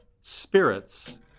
Spirits